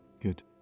Good